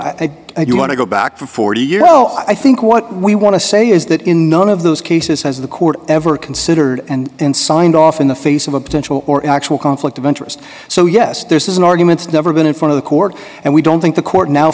think if you want to go back for forty years i think what we want to say is that in none of those cases has the court ever considered and signed off in the face of a potential or actual conflict of interest so yes there is an argument never been in front of the court and we don't think the court now